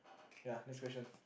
ya next question